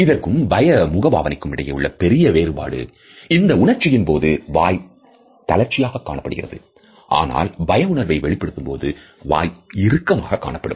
இதற்கும் பய முகபாவனைக்கு இடையே உள்ள பெரிய வேறுபாடு இந்த உணர்ச்சியின் போது வாய் தளர்ச்சியாக காணப்படுகிறது ஆனால் பய உணர்வை வெளிப்படுத்தும் போது வாய் இறுக்கமாகக் காணப்படும்